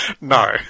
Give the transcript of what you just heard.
No